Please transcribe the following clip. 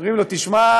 ואומרים לו: תשמע,